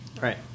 Right